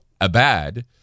Abad